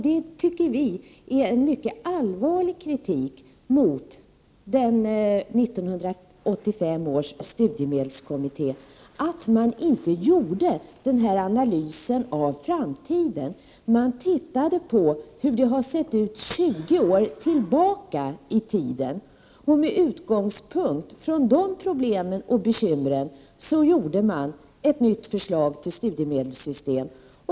Det tycker vi är en allvarlig kritik mot 1985 års studiemedelskommitté, att de inte gjorde denna analys av framtiden. De tittade på hur det hade sett ut 20 år tillbaka i tiden, och med utgångspunkt i de problemen och bekymren föreslog man ett nytt studiemedelssystem.